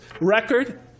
record